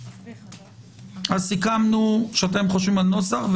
אז סיכמנו שאתם חושבים על נוסח.